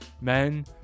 Men